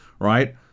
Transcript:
right